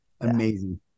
amazing